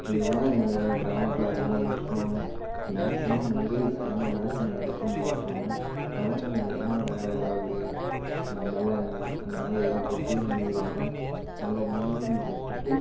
இது தான் எங்கள் கிராமத்தில் அதிகமாக யூஸ் பண்ணுவாங்கள் மேக்ஸிமம் வந்து எண்ணெய் விளக்கெண்ணெய எடுத்து நீவிவிட்டிருவாங்க விளக்கெண்ணெ இல்லைனா வேற ஏதாவது நல்லெண்ணெய் அந்த மாதிரி எதாது போட்டு நீவிவிடுவாங்க நல்ல நீவிவிட்டுட்டு